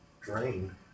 drain